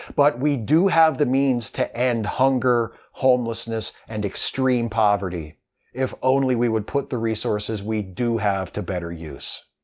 but we do have the means to end hunger, homelessness, and extreme poverty if only we would put the resources we do have to better use.